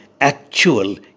actual